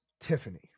Tiffany